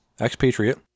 expatriate